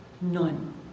None